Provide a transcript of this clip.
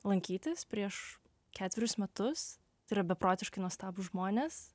lankytis prieš ketverius metus tai yra beprotiškai nuostabūs žmonės